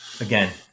Again